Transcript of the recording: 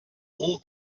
all